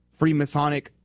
Freemasonic